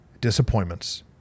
disappointments